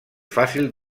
fàcil